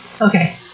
okay